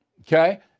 okay